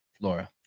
Laura